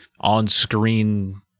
on-screen